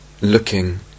looking